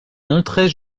montrait